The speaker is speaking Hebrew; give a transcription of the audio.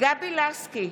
גבי לסקי,